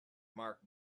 mark